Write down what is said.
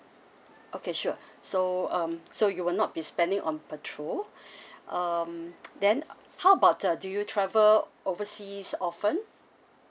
okay sure so um so you will not be spending on petrol um then how about uh do you travel overseas often